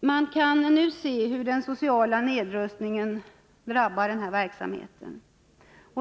Vi kan nu se hur den sociala nedrustningen drabbar denna verksamhet.